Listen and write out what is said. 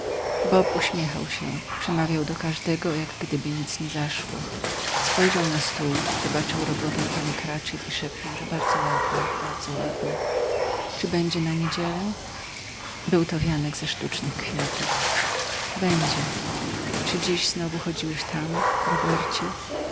bob uśmiechał się przemawiał do każdego jak gdyby nic nie zaszło spojrzał na stół zobaczył robotę pani cratchit i szepnął że bardzo ładna bardzo ładna czy będzie na niedzielę był to wianek ze sztucznych kwiatów będzie czy dziś znowu chodziłeś tam robercie